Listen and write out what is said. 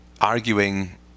arguing